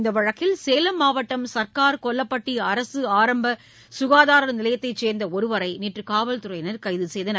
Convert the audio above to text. இந்த வழக்கில் சேலம் மாவட்டம் சர்க்கார் கொல்லப்பட்டி அரசு ஆரம்ப கசாதார நிலையத்தை சேர்ந்த ஒருவரை நேற்று காவல்துறையினர் கைது செய்தனர்